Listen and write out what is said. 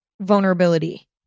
vulnerability